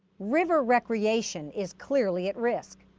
river recreation is clearly at risk.